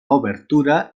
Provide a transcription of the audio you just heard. obertura